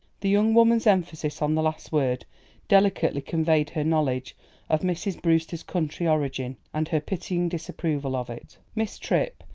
the young woman's emphasis on the last word delicately conveyed her knowledge of mrs. brewster's country origin, and her pitying disapproval of it. miss tripp,